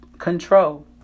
control